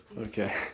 Okay